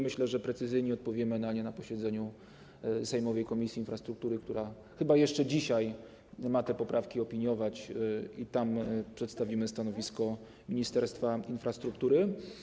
Myślę, że precyzyjnie odpowiemy w tej kwestii na posiedzeniu sejmowej Komisji Infrastruktury, która chyba jeszcze dzisiaj ma te poprawki opiniować, i tam przedstawimy stanowisko Ministerstwa Infrastruktury.